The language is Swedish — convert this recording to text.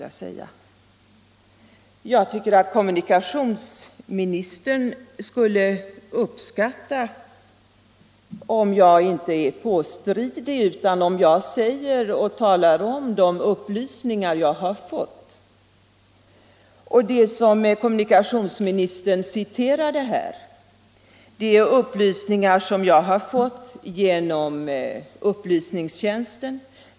Jag tycker att kommunikationsministern skulle uppskatta om jag inte är kategorisk i mina uttalanden utan bara återger de upplysningar jag har fått. Vad kommunikationsministern citerade nyss är upplysningar som jag har fått genom riksdagens upplysningstjänst.